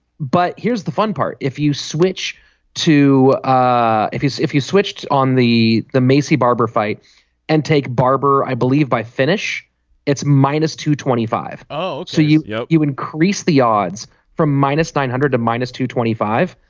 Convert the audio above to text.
but here's the fun part. if you switch to ah if if you switched on the the macy barbara fight and take barbara i believe by finnish it's minus to twenty five. oh so you know yeah you increase the odds from minus nine hundred to minus two twenty five.